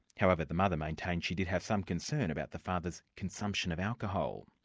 however the mother maintains she did have some concern about the father's consumption of alcohol.